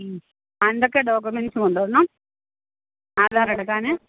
മ്മ് എന്തൊക്കെ ഡോക്കുമെൻ്റസ് കൊണ്ടുവരണം ആധാറെടുക്കാന്